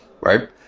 right